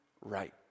right